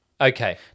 Okay